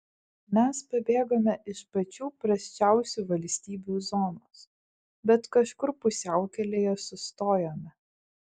mes pabėgome iš pačių prasčiausių valstybių zonos bet kažkur pusiaukelėje sustojome